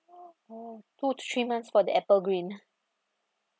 oh two three months for the apple green